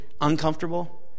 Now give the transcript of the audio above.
uncomfortable